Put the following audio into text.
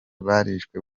barishwe